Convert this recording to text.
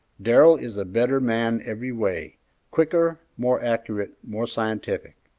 darrell is a better man every way quicker, more accurate, more scientific.